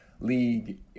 league